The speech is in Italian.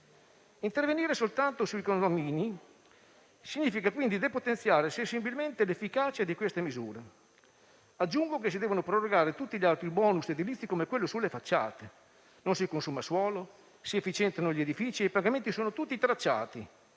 intervenire soltanto sui condomini significa depotenziare sensibilmente la loro efficacia. Aggiungo che si devono prorogare tutti gli altri *bonus* edilizi come quello sulle facciate: non si consuma suolo, si efficientano gli edifici e i pagamenti sono tutti tracciati.